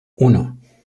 uno